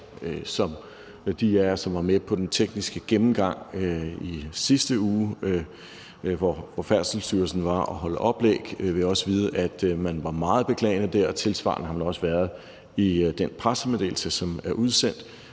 sag. De af jer, som var med til den tekniske gennemgang i sidste uge, hvor Færdselsstyrelsen var her for at holde oplæg, vil også vide, at man var meget beklagende der, og tilsvarende har man også været det i den pressemeddelelse, som er udsendt.